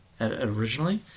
originally